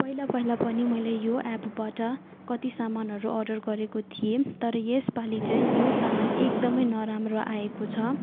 पहिला पहिला पनि मैले यो एपबाट कति सामानहरू अर्डर गरेको थिएँ तर यसपालि चाहिँ यो सामान एकदम नराम्रो आएको छ